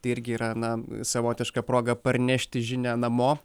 tai irgi yra na savotiška proga parnešti žinią namo